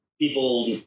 people